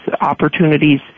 opportunities